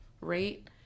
rate